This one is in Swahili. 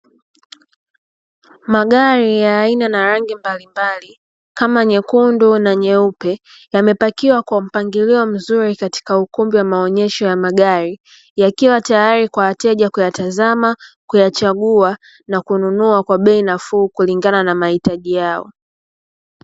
Magari ya aina na rangi mbalimbali (kama nyekundu na nyeupe) yamepakiwa kwa mpangilio mzuri katika ukumbi wa maonyesho ya magari. Yakiwa tayari kwa wateja kuyatazama, kuyachagua na kununua kwa bei nafuu kulingana na mahitaji yao.